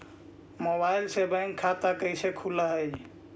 Mobile से bank खाता कैसे खुल है?